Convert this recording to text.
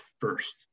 first